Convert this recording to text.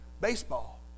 baseball